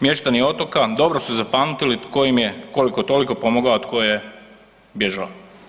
Mještani Otoka dobro su zapamtili tko im je koliko toliko pomogao, a tko je bježao.